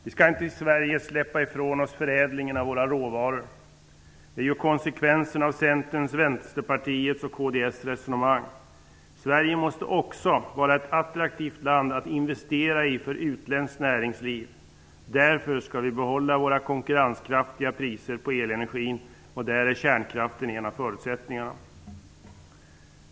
Vi skall inte i Sverige släppa ifrån oss förädlingen av våra råvaror. Det är konsekvensen av Centerns, Vänsterpartiets och kds resonemang. Sverige måste också vara ett attraktivt land att investera i för utländskt näringsliv. Därför skall vi behålla våra konkurrenskraftiga priser på elenergin, och där är kärnkraften en av förutsättningarna.